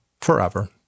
forever